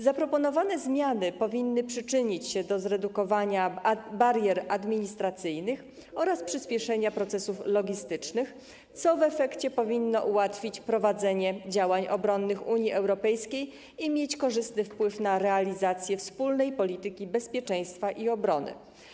Zaproponowane zmiany powinny przyczynić się do zredukowania barier administracyjnych oraz przyspieszenia procesów logistycznych, co w efekcie powinno ułatwić prowadzenie działań obronnych Unii Europejskiej i mieć korzystny wpływ na realizację wspólnej polityki bezpieczeństwa i obrony.